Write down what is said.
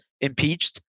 impeached